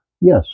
yes